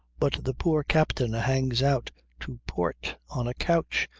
but the poor captain hangs out to port on a couch,